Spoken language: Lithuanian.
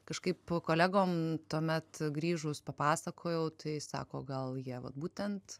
kažkaip kolegom tuomet grįžus papasakojau tai sako gal jie va būtent